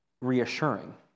reassuring